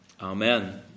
Amen